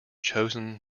chosen